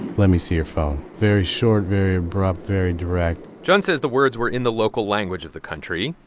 let me see your phone very short, very abrupt, very direct john says the words were in the local language of the country.